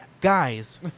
guys